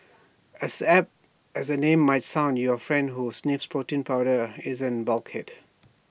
as apt as the name might sound your friend who sniffs protein powder isn't bulkhead